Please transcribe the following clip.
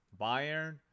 Bayern